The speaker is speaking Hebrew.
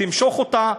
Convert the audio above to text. תמשוך אותה,